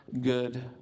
good